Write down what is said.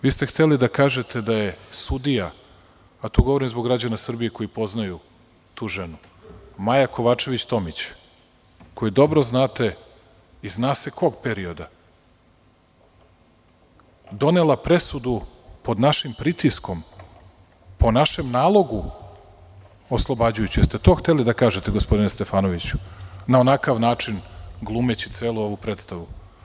Vi ste hteli da kažete da je sudija, a to govorim zbog građana Srbije koji poznaju tu ženu, Maja Kovačević Tomić, koju dobro znate iz zna se kog perioda, donela presudu pod našim pritiskom, po našem nalogu oslobađajuću, dali ste to hteli da kažete gospodine Stefanoviću, na onakav način glumeći celu ovu predstavu?